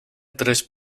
tres